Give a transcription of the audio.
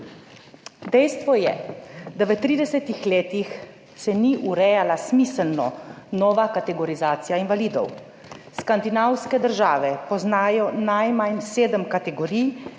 Dejstvo je, da se v 30 letih ni smiselno urejala nova kategorizacija invalidov. Skandinavske države poznajo najmanj sedem kategorij,